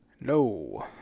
No